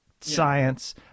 science